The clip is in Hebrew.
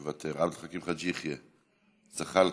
מוותר, עבד אל חכים חאג' יחיא, זחאלקה,